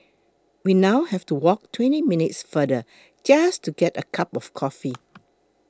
we now have to walk twenty minutes farther just to get a cup of coffee